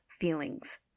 feelings